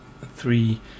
three